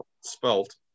spelt